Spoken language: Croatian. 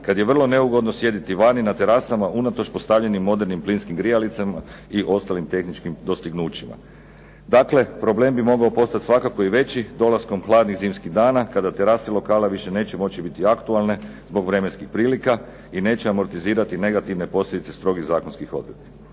kad je vrlo neugodno sjediti vani na terasama, unatoč postavljenim modernim plinskim grijalicama i ostalim tehničkim dostignućima. Dakle, problem bi mogao postat svakako i veći dolaskom hladnih zimskih dana kada terase lokala više neće moći biti aktualne zbog vremenskih prilika i neće amortizirati negativne posljedice strogih zakonskih odredbi.